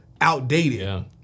outdated